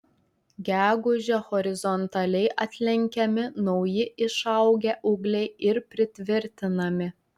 gegužę horizontaliai atlenkiami nauji išaugę ūgliai ir pritvirtinami